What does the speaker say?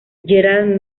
gerald